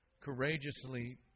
courageously